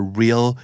real